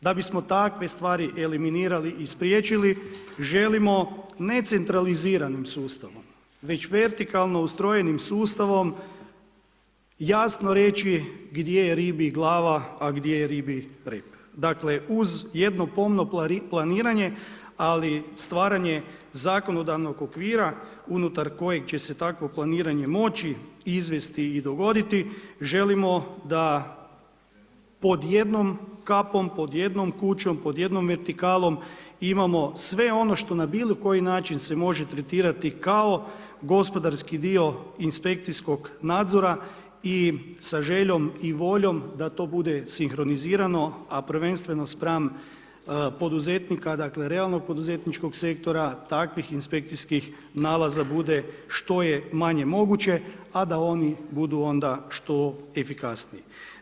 Da bismo takve stvari eliminirali i spriječili želimo ne centraliziranim sustavom, već vertikalno ustrojenim sustavom jasno reći gdje je ribi glava, a gdje je ribi rep, dakle uz jedno pomno planiranje, ali stvaranje zakonodavnog okvira unutar kojeg će se takvo planiranje moći izvesti i dogoditi želimo da pod jednom kapom, pod jednom kućom, pod jednom vertikalom imamo sve ono što na bilo koji način se može tretirati kao gospodarski dio inspekcijskog nadzora i sa željom i voljom da to bude sinkronizirano, a prvenstveno spram poduzetnika, dakle realnog poduzetničkog sektora, takvih inspekcijskih nalaza bude što je manje moguće, a da oni onda budu što efikasniji.